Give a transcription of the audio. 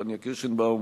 פניה קירשנבאום,